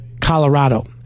Colorado